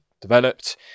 developed